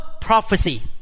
prophecy